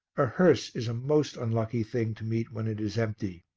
a hearse is a most unlucky thing to meet when it is empty.